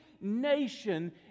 nation